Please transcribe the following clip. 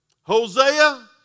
Hosea